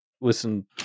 listen